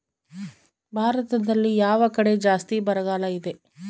ಭಾರತದಲ್ಲಿ ಯಾವ ಕಡೆ ಜಾಸ್ತಿ ಬರಗಾಲ ಇದೆ?